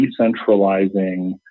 decentralizing